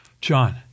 John